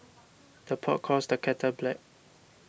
the pot calls the kettle black